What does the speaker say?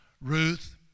Ruth